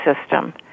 system